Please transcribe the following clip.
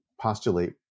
postulate